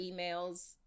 emails